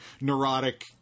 neurotic